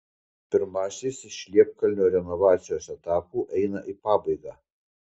pirmasis iš liepkalnio renovacijos etapų eina į pabaigą